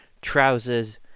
Trousers